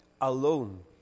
alone